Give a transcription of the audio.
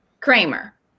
kramer